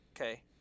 Okay